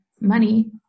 money